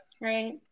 Right